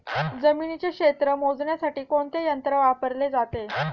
जमिनीचे क्षेत्र मोजण्यासाठी कोणते यंत्र वापरले जाते?